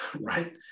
right